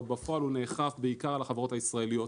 אבל בפועל הוא נאכף בעיקר על החברות הישראליות.